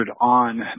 on